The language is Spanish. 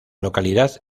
localidad